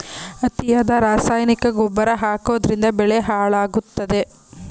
ಅತಿಯಾಗಿ ರಾಸಾಯನಿಕ ಗೊಬ್ಬರ ಹಾಕೋದ್ರಿಂದ ಬೆಳೆ ಹಾಳಾಗುತ್ತದೆ